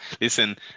listen